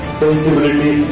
sensibility